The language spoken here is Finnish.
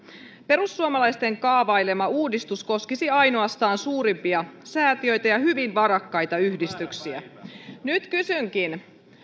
perussuomalaisten kaavailema uudistus koskisi ainoastaan suurimpia säätiöitä ja hyvin varakkaita yhdistyksiä nyt kysynkin